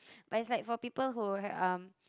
but it's like for people who have um